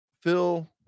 Phil